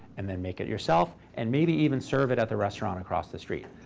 and then make it yourself, and maybe even serve it at the restaurant across the street.